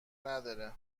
نداره